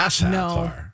no